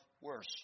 worse